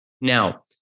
Now